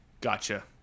Gotcha